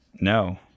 No